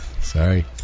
Sorry